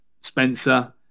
Spencer